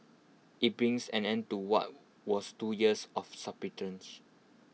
IT brings an end to what was two years of subterfuge